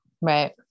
Right